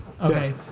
Okay